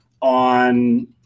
on